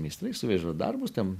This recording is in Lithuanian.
meistrai suveža darbus ten